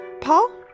paul